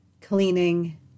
cleaning